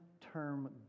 term